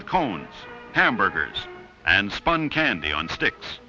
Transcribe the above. with cones hamburgers and spun candy on sticks